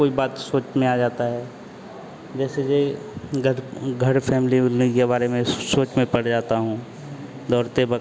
कोई बात सोच में आ जाता है जैसे जे गध घर फैमिली उलने के बारे में सोच में पड़ जाता हूँ दौड़ते वक़्त